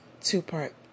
two-part